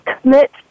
commit